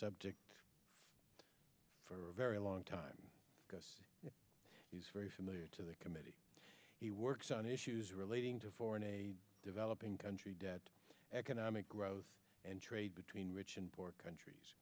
subject for a very long time he's very familiar to the committee he works on issues relating to foreign a developing country debt economic growth and trade between rich and poor countries